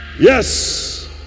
Yes